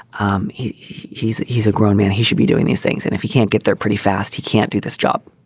um he's he's a grown man. he should be doing these things. and if he can't get there pretty fast, he can't do this job.